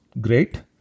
great